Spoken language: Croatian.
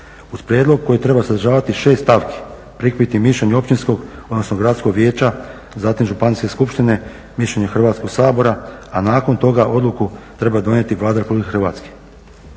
uz prijedlog koji treba sadržavati 6 stavki, prikupiti mišljenje općinskog, odnosno gradskog vijeća zatim županijske skupštine, mišljenje Hrvatskog sabora, a nakon toga odluku treba donijeti Vlada RH.